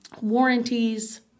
warranties